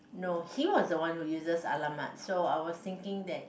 no he was the one who uses !alamak! so I was thinking that